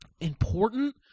important